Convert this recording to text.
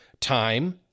time